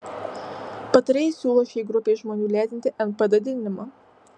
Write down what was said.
patarėjai siūlo šiai grupei žmonių lėtinti npd didinimą